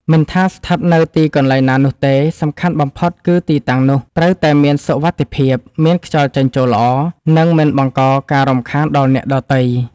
មិនថាស្ថិតនៅទីកន្លែងណានោះទេ សំខាន់បំផុតគឺទីតាំងនោះត្រូវតែមានសុវត្ថិភាព មានខ្យល់ចេញចូលល្អ និងមិនបង្កការរំខានដល់អ្នកដទៃ។